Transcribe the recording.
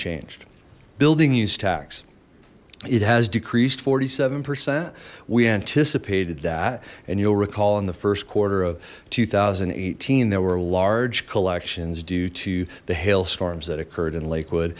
unchanged building use tax it has decreased forty seven percent we anticipated that and you'll recall in the first quarter of two thousand and eighteen there were large collections due to the hail storms that occurred in lakewood